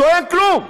אין כלום.